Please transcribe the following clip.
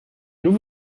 nous